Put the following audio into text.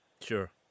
Sure